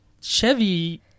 Chevy